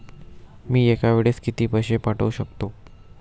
मी एका वेळेस किती पैसे पाठवू शकतो?